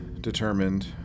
determined